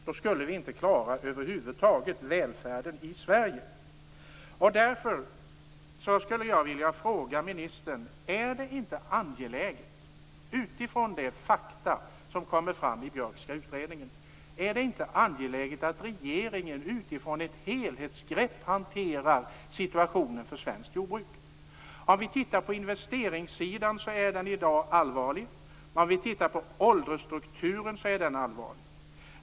Då skulle vi över huvud taget inte klara välfärden i Sverige. Därför skulle jag vilja fråga ministern: Är det inte angeläget utifrån de fakta som kommer fram i den Björkska utredningen att regeringen utifrån ett helhetsgrepp hanterar situationen för svenskt jordbruk? På investeringssidan är det i dag allvarligt. När det gäller åldersstrukturen är det också allvarligt.